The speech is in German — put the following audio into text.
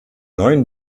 neuen